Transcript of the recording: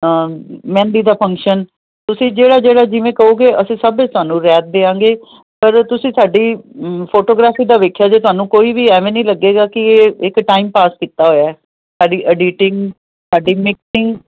ਹਾਂ ਮਹਿੰਦੀ ਦਾ ਫੰਕਸ਼ਨ ਤੁਸੀਂ ਜਿਹੜਾ ਜਿਹੜਾ ਜਿਵੇਂ ਕਹੋਗੇ ਅਸੀਂ ਸਭ ਚ ਥਾਨੂੰ ਰੈਤ ਦਿਆਂਗੇ ਪਰ ਤੁਸੀਂ ਸਾਡੀ ਫੋਟੋਗ੍ਰਾਫੀ ਦਾ ਵੇਖਿਓ ਜੇ ਤੁਹਾਨੂੰ ਕੋਈ ਵੀ ਐਵੇਂ ਨੀ ਲੱਗੇਗਾ ਕੀ ਇਹ ਇੱਕ ਟਾਈਮ ਪਾਸ ਕੀਤਾ ਹੋਇਆ ਸਾਡੀ ਅਡੀਟਿੰਗ ਸਾਡੀ ਮੇਕਿੰਗ